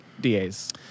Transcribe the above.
DAs